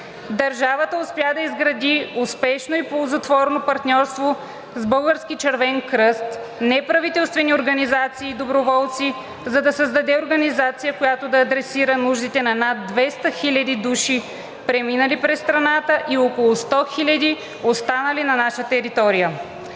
Държавата успя да изгради успешно и ползотворно партньорство с Българския червен кръст, неправителствени организации и доброволци, за да създаде организация, която да адресира нуждите на над 200 хиляди души, преминали през страната, и около 100 хиляди, останали на наша територия.